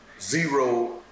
zero